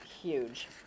huge